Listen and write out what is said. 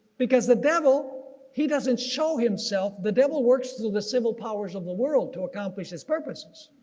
because the devil he doesn't show himself, the devil works through the civil powers of the world to accomplish his purposes.